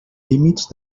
límits